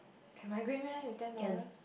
can migrate meh with ten dollars